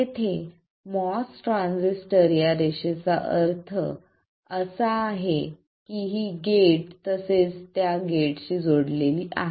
येथे MOS transistor या रेषेचा अर्थ असा आहे की ही गेट तसेच त्या गेटशी जोडलेली आहे